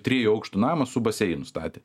trijų aukštų namą su baseinu statė